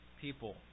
people